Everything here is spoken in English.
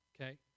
okay